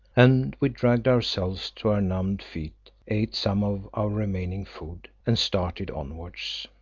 and we dragged ourselves to our numbed feet, ate some of our remaining food, and started onwards.